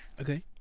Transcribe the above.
Okay